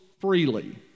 freely